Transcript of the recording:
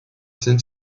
sind